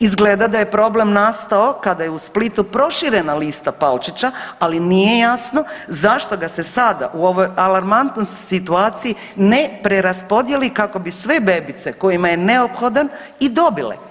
Izgleda da je problem nastao kada je u Splitu proširena lista Palčića, ali nije jasno zašto ga se sada u ovoj alarmantnoj situaciji ne preraspodijeli kako bi sve bebice kojima je neophodan i dobile.